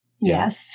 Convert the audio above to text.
Yes